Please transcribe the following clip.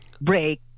break